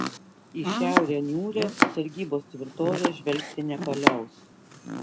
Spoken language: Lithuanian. į šiaurę niūrią sargybos tvirtovė žvelgti nepaliaus